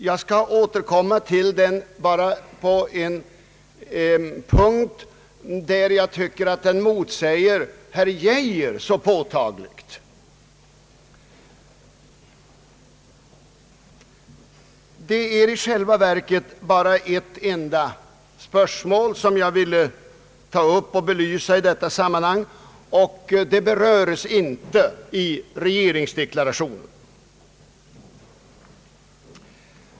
Jag skall beröra den bara på en punkt, där jag tycker att den motsäger herr Geijer påtagligt. För övrigt vill jag ta upp och belysa ett enda spörsmål, och det berörs inte i regeringsdeklarationen.